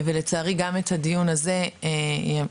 גם את הדיון הזה לצערי,